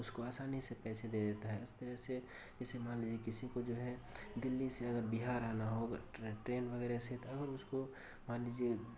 اس کو آسانی سے پیسے دے دیتا ہے اس طرح سے جیسے مان لیجیے کسی کو جو ہے دلی سے اگر بہار آنا ہو اگر ٹرین وغیرہ سے تو ہم اس کو مان لیجیے